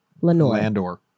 Landor